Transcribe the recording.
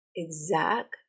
Exact